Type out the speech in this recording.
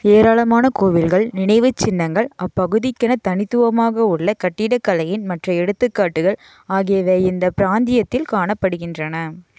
ஏராளமான கோவில்கள் நினைவுச்சின்னங்கள் அப்பகுதிக்கென தனித்துவமாக உள்ள கட்டிடக்கலையின் மற்ற எடுத்துக்காட்டுகள் ஆகியவை இந்தப் பிராந்தியத்தில் காணப்படுகின்றன